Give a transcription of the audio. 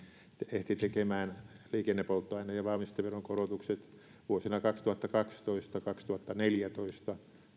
tekemään liikennepolttoaine ja valmisteveron korotukset vuosina kaksituhattakaksitoista kaksituhattaneljätoista